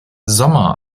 sommer